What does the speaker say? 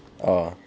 oh